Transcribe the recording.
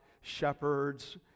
shepherds